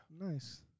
Nice